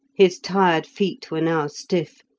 his tired feet were now stiff,